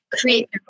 create